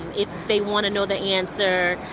if they want to know the answer,